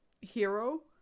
hero